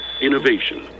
Innovation